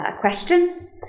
questions